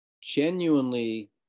Genuinely